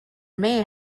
may